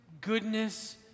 goodness